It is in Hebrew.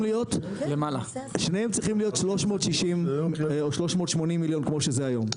להיות 360 או 380 מיליון כמו שזה היום.